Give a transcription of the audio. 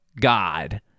God